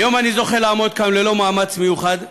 היום אני זוכה לעמוד כאן ללא מאמץ מיוחד.